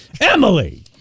Emily